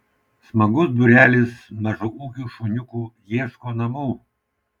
smagus būrelis mažaūgių šuniukų ieško namų